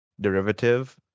derivative